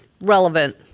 relevant